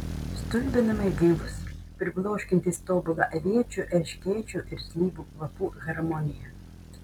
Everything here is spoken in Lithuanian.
stulbinamai gaivus pribloškiantis tobula aviečių erškėčių ir slyvų kvapų harmonija